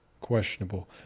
questionable